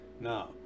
now